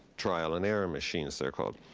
trial and error machines, they are called.